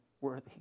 worthy